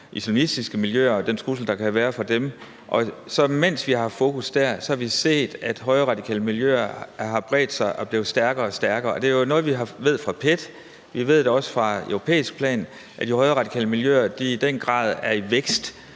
islamistiske miljøer og den trussel, der kan være fra dem, og mens vi har haft fokus dér, har vi set, at højreradikale miljøer har bredt sig og er blevet stærkere og stærkere. Det er jo noget, vi ved fra PET; vi ved det også på europæisk plan, at de højreradikale miljøer i den grad er i vækst,